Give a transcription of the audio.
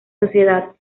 sociedad